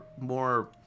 more